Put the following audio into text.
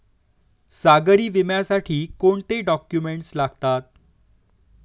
सागरी विम्यासाठी कोणते डॉक्युमेंट्स लागतात?